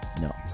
no